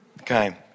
Okay